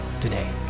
today